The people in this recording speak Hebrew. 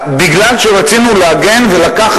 מפני שרצינו להגן ולחיות